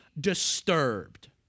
disturbed